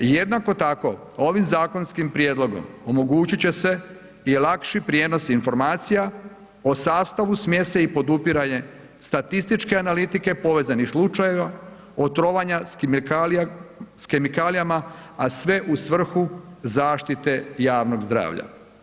Jednako tako, ovim zakonskim prijedlogom omogućit će se i lakši prijenos informacija o sastavu smjese i podupiranje statističke analitike povezanih slučajeva otrovanja s kemikalijama, a sve u svrhu zaštite javnog zdravlja.